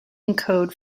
encode